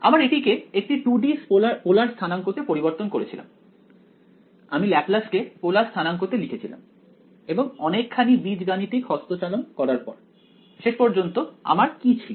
আমরা এটিকে একটি 2 D পোলার স্থানাংক তে পরিবর্তন করেছিলাম আমি ল্যাপ্লাস কে পোলার স্থানাংক তে লিখেছিলাম এবং অনেকখানি বীজগাণিতিক হস্তচালন করার পর শেষ পর্যন্ত আমার কি ছিল